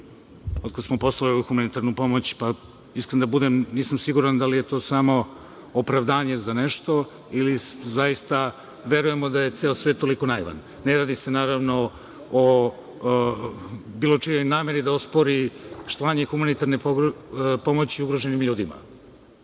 otkad smo poslali ovu humanitarnu pomoć, pa iskren da budem, nisam siguran da li je to samo opravdanje za nešto ili zaista verujemo da je ceo svet toliko naivan. Ne radi se, naravno, o bilo čijoj nameri da ospori slanje humanitarne pomoći ugroženim ljudima.